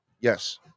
yes